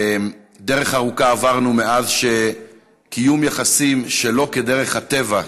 דרך ארוכה עברנו מאז שקיום יחסים שלא כדרך הטבע,